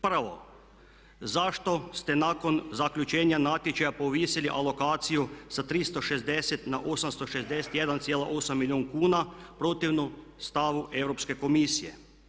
Prvo, zašto ste nakon zaključenja natječaja povisili alokaciju sa 360 na 861,8 milijun kuna protivno stavu Europske komisije?